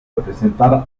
representar